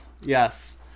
Yes